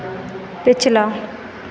पिछला